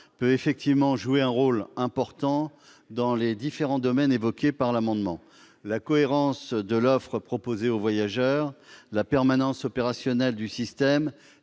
peut effectivement jouer un rôle important dans les différents domaines évoqués par l'amendement : cohérence de l'offre proposée aux voyageurs, permanence opérationnelle du système